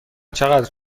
چقدر